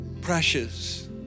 precious